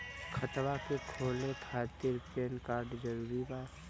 खतवा के खोले खातिर पेन कार्ड जरूरी बा?